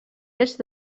est